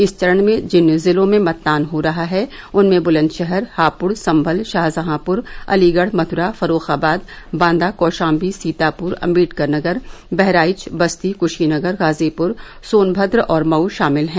इस चरण में जिन जिलों में मतदान हो रहा है उनमें बुलन्दशहर हापुड संभल शाहजहांपुर अलीगढ़ मथुरा फर्रुखाबाद बादा कौशाम्बी सीतापुर अम्बेडकर नगर बहराइच बस्ती क्शीनगर गाजीपुर सोनभद्र और मऊ शामिल है